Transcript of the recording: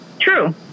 True